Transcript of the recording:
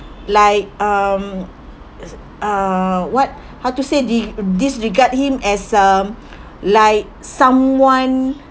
like um uh what how to say they disregard him as um like someone